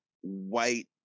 white